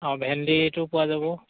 অঁ ভেন্দিটো পোৱা যাব